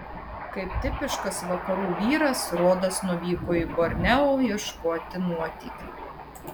kaip tipiškas vakarų vyras rodas nuvyko į borneo ieškoti nuotykių